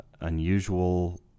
unusual